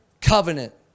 covenant